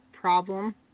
problem